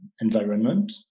environment